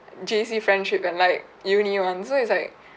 J_C friendship and like uni on so it's like